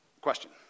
Question